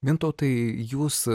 mintautai jūs